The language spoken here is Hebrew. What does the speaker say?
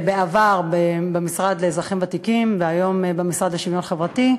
בעבר במשרד לאזרחים ותיקים והיום במשרד לשוויון חברתי,